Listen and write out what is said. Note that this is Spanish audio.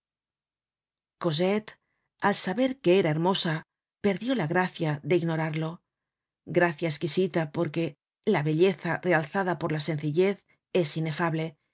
al saber que era hermosa perdió la gracia de ignorarlo gracia esquisita porque la belleza realzada por la sencillez es inefable y